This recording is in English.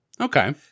Okay